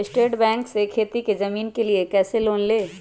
State Bank से खेती की जमीन के लिए कैसे लोन ले?